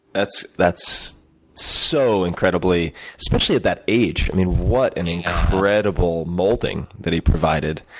that's that's so incredibly especially at that age. what an incredible molding that he provided.